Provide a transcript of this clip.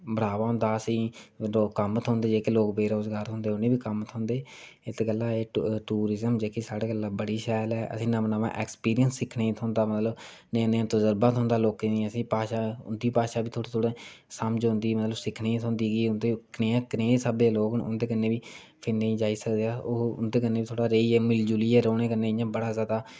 बड़ावा होंदा असेंगी कम्म थ्होंदे जो बेरोजगार लोग उनेंगी बी कम्म थ्होंदे इत्थै गल्ल टूरियम जेह्का साढ़ा गल्ला बड़ी शैल ऐ असेंगी नमां नमां ऐक्सपिरिंस थ्होंदा मतलव नेहा नेहा तजरवा थ्होंदा असेंगी भाशा उंदी भाशा बी थोह्ड़ी थोह्ड़ी समझ औंदी सिक्खने गी थ्होंदा कि कनेह् हिसाबे दे लोग न उंदे कन्नै बी फिरने गी जाई सकदे उंदे कन्नै बी थोह्ड़ा रेहियै मुली जुलियै रौह्ने कन्नै बड़ा इयां